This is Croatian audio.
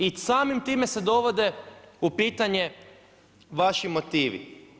I samim time se dovode u pitanje vaši motivi.